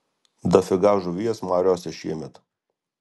dafiga žuvies mariose šiemet